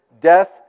death